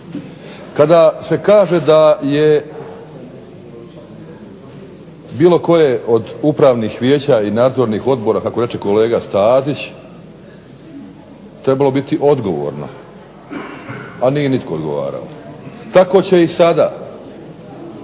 Kada se kaže da je bilo koje od upravnih vijeća i nadzornih odbora kako reče kolega Stazić trebalo biti odgovorno, a nije nitko odgovarao, tako će i sada